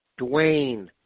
Dwayne